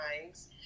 times